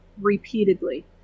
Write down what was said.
repeatedly